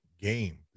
game